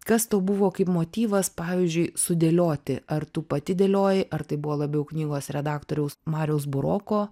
kas tau buvo kaip motyvas pavyzdžiui sudėlioti ar tu pati dėliojai ar tai buvo labiau knygos redaktoriaus mariaus buroko